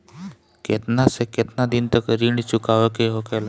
केतना से केतना दिन तक ऋण चुकावे के होखेला?